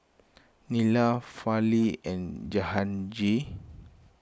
Neila Fali and Jahangir